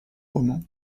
roman